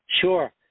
Sure